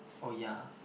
oh ya